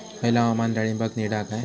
हयला हवामान डाळींबाक नीट हा काय?